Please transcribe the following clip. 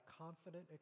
confident